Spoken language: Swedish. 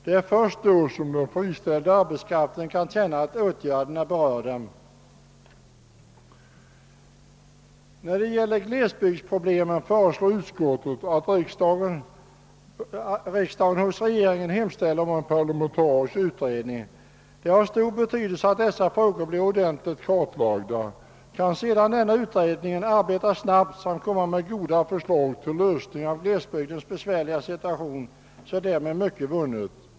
Det är först då som den friställda arbetskraften kan känna att den berörs av åtgärderna. I fråga om glesbygdsproblemen föreslår utskottet att riksdagen hos regeringen hemställer om en parlamentarisk utredning. Det är av stor betydelse att dessu frågor blir ordentligt kartlagda. Kan sedan denna utredning arbeta snabbt och lägga fram goda förslag till lösning av glesbygdens besvärliga situation är mycket vunnet.